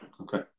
Okay